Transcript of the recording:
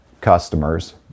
customers